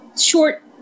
short